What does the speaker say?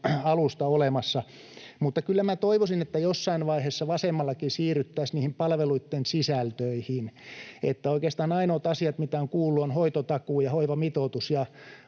alusta olemassa. Mutta kyllä minä toivoisin, että jossain vaiheessa vasemmallakin siirryttäisiin niihin palveluitten sisältöihin. Oikeastaan ainoat asiat, mitä olen kuullut, ovat hoitotakuu ja hoivamitoitus,